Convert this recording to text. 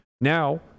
Now